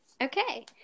Okay